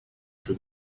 for